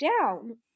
down